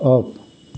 off